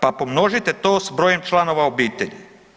Pa pomnožite to sa brojem članova obitelji.